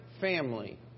family